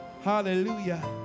Hallelujah